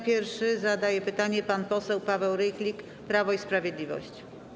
Pierwszy zadaje pytanie pan poseł Paweł Rychlik, Prawo i Sprawiedliwość.